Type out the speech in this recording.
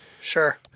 Sure